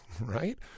right